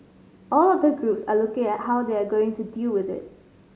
all of the groups are looking at how they are going to deal with it